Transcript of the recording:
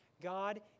God